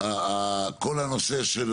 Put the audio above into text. כל הנושא של